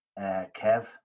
Kev